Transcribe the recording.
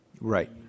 Right